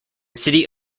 city